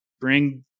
bring